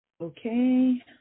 Okay